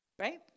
right